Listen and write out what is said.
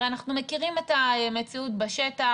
הרי אנחנו מכירים את המציאות בשטח.